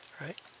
right